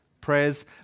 Prayers